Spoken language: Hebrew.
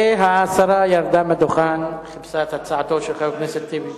והשרה ירדה מהדוכן וחיפשה את הצעתו של חבר הכנסת טלב אלסאנע.